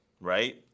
right